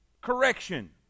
correction